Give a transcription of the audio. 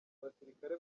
abasirikare